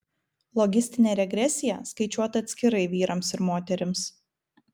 logistinė regresija skaičiuota atskirai vyrams ir moterims